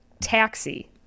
taxi